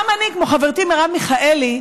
גם אני, כמו חברתי מרב מיכאלי,